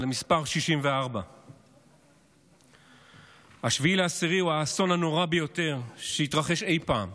על המספר 64. 7 באוקטובר הוא האסון הנורא ביותר שהתרחש אי פעם.